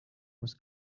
was